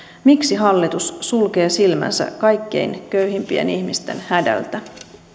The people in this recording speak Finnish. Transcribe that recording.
miksi hallitus sulkee silmänsä kaikkein köyhimpien ihmisten hädältä